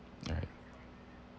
alright